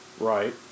Right